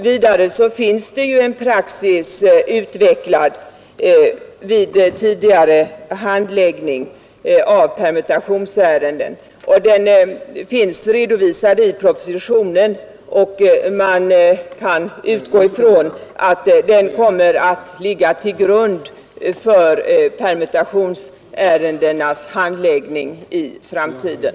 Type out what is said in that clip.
Vidare finns det praxis, utvecklad vid tidigare handläggning av permutationsärenden. Den är redovisad i propositionen, och man kan utgå från att den kommer att ligga till grund för permutationsärendenas handläggning i framtiden.